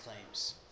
claims